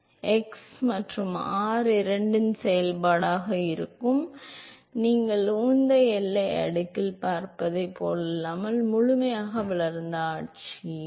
எனவே வெப்பநிலை சுயவிவரம் உள்ளூர் வெப்பநிலை விவரக்குறிப்பு இப்போது x மற்றும் r இரண்டின் செயல்பாடாக இருக்கும் நீங்கள் உந்த எல்லை அடுக்கில் பார்த்ததைப் போலல்லாமல் முழுமையாக வளர்ந்த ஆட்சியில்